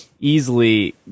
easily